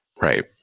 Right